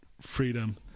freedom